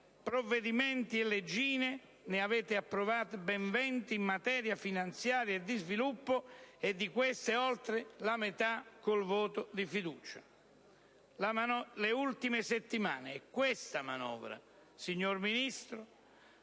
provvedimenti e leggine, ne avete approvate ben venti in materia finanziaria e di sviluppo, e di queste oltre la metà con il voto di fiducia. Le ultime settimane e questa manovra, signor Ministro,